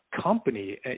company